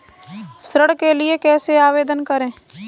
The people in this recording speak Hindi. ऋण के लिए कैसे आवेदन करें?